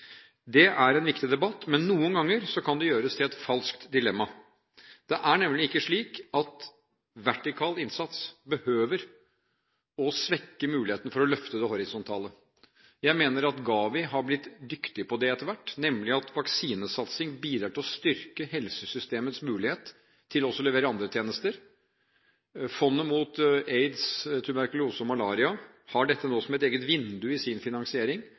Det er en viktig debatt, men noen ganger kan det gjøres til et falskt dilemma. Det er nemlig ikke slik at vertikal innsats behøver å svekke muligheten til å løfte det horisontale. Jeg mener at GAVI har blitt dyktig på det etter hvert, nemlig ved at vaksinesatsing bidrar til å styrke helsesystemets mulighet til også å levere andre tjenester. Det globale fondet mot aids, tuberkulose og malaria har nå dette som et eget vindu i sin finansiering